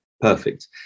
perfect